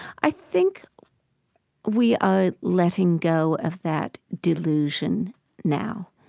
i think we are letting go of that delusion now